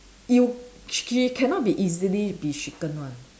you ch~ she cannot be easily be shaken [one]